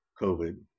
COVID